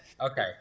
Okay